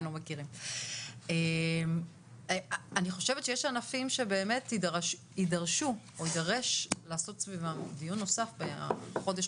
אני חושבת שיש ענפים שבאמת יידרש לעשות סביבם דיון נוסף בחודש,